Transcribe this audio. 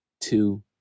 two